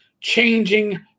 changing